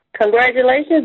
Congratulations